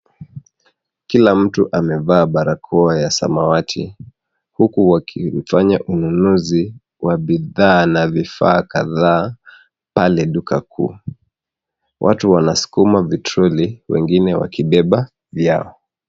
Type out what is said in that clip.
Kila mtu amevaa barakoa ya samawati huku wakifanya ununuzi wa bidhaa na vifaa kadhaa pale duka kuu. Watu wanasukuma vitroli wengine wakibeba vyao.